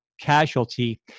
casualty